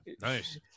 nice